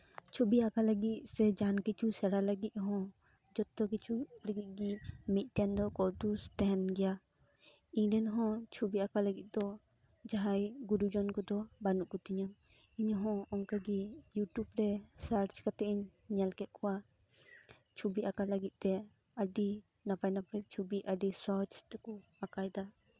ᱪᱷᱚᱵᱤ ᱟᱸᱠᱟᱣ ᱞᱟᱹᱜᱤᱫ ᱥᱮ ᱡᱟᱦᱟᱱ ᱠᱤᱪᱷᱩ ᱥᱮᱬᱟ ᱞᱟᱹᱜᱤᱫ ᱦᱚᱸ ᱡᱚᱛᱚ ᱠᱤᱪᱷᱩ ᱞᱟᱹᱜᱤᱫ ᱜᱮ ᱢᱤᱫᱽᱴᱮᱱ ᱫᱚ ᱠᱟᱹᱭᱛᱩᱥ ᱛᱟᱦᱮᱱ ᱜᱮᱭᱟ ᱤᱧᱨᱮᱱ ᱦᱚᱸ ᱪᱷᱩᱵᱤ ᱟᱸᱠᱟᱣ ᱞᱟᱹᱜᱤᱫ ᱫᱚ ᱡᱟᱸᱦᱟᱭ ᱜᱩᱨᱩᱡᱚᱱ ᱠᱚᱫᱚ ᱵᱟᱹᱱᱩᱜ ᱠᱚᱛᱤᱧᱟ ᱤᱧᱦᱚᱸ ᱚᱱᱠᱟᱜᱮ ᱤᱭᱩᱴᱤᱵ ᱨᱮ ᱥᱟᱨᱪ ᱠᱟᱛᱮᱫ ᱤᱧ ᱧᱮᱞ ᱠᱮᱫ ᱠᱚᱣᱟ ᱪᱷᱚᱵᱤ ᱟᱸᱠᱟᱣ ᱞᱟᱹᱜᱤᱫ ᱛᱮ ᱟᱹᱰᱤ ᱱᱟᱯᱟᱭ ᱱᱟᱯᱟᱭ ᱪᱷᱚᱵᱤ ᱟᱹᱰᱤ ᱥᱚᱦᱚᱡ ᱛᱮᱠᱚ ᱟᱸᱠᱟᱣ ᱮᱫᱟ